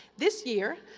this year,